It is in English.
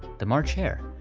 the march hare,